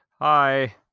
Hi